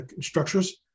structures